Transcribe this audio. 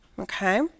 Okay